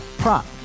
prop